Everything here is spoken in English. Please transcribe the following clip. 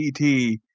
ET